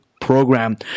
program